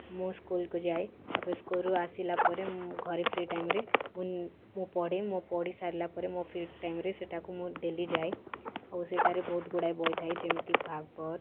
ମୁଁ ସ୍କୁଲ୍କୁ ଯାଏ ତା'ପରେ ସ୍କୁଲ୍ରୁ ଆସିଲା ପରେ ଘରେ ଫ୍ରି ଟାଇମ୍ରେ ମୁଁ ମୁଁ ପଢ଼େ ମୁଁ ପଢ଼ି ସାରିଲା ପରେ ମୋ ଫ୍ରି ଟାଇମ୍ରେ ସେଠାକୁ ମୁଁ ଡେଲି ଯାଏ ଆଉ ସେଠାରେ ବହୁତ ଗୁଡ଼ାଏ ବହି ଥାଏ ଯେମିତି ଭାଗବତ